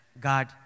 God